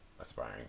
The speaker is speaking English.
aspiring